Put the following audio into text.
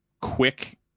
quick